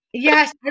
Yes